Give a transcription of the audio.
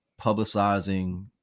publicizing